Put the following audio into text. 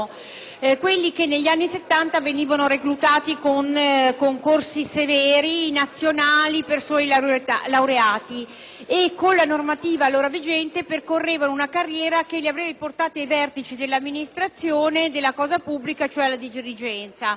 quelli che negli anni Settanta venivano reclutati con concorsi severi, nazionali, per soli laureati e, con la normativa allora vigente, percorrevano una carriera che li avrebbe portati ai vertici dell'amministrazione della cosa pubblica, cioè alla dirigenza.